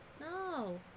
No